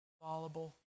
fallible